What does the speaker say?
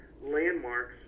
landmarks